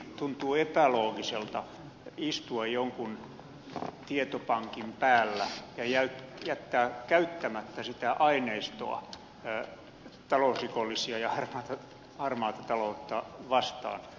tuntuu epäloogiselta istua jonkun tietopankin päällä ja jättää käyttämättä sitä aineistoa talousrikollisia ja harmaata ta loutta vastaan